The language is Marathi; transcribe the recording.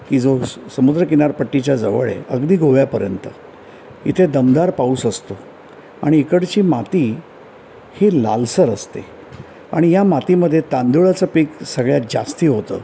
की जो समुद्र किनारपट्टीच्या जवळ आहे अगदी गोव्यापर्यंत इथे दमदार पाऊस असतो आणि इकडची माती ही लालसर असते आणि या मातीमध्ये तांदळाचं पीक सगळ्यात जास्त होतं